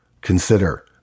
consider